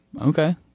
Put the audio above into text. okay